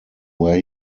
where